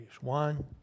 One